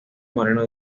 moreno